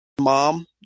mom